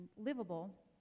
livable